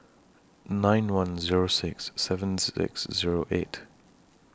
nine one Zero six seven six Zero eight